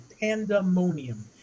pandemonium